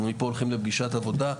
ומפה הולכים לפגישת עבודה.